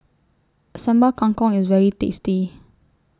Sambal Kangkong IS very tasty